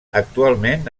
actualment